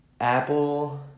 apple